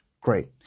Great